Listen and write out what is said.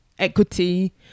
equity